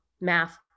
math